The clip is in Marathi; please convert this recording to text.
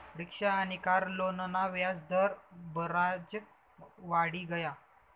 रिक्शा आनी कार लोनना व्याज दर बराज वाढी गया